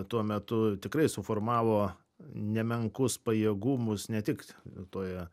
tuo metu tikrai suformavo nemenkus pajėgumus ne tik toje